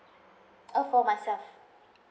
uh for myself